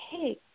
hey